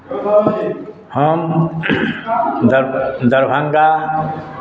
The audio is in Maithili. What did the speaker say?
हम दर दरभङ्गा